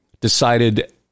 decided